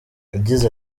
yagize